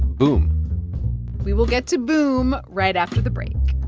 boom we will get to boom right after the break